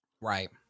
Right